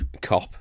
cop